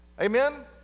Amen